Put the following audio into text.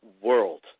world